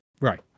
Right